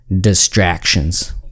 distractions